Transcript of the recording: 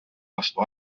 vastu